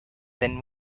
then